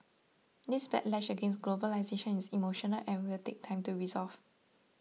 this backlash against globalisation is emotional and will take time to resolve